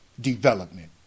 development